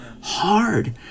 hard